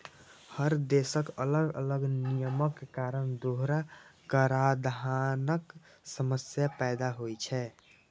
हर देशक अलग अलग नियमक कारण दोहरा कराधानक समस्या पैदा होइ छै